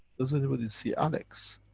does anybody see alekz?